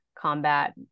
combat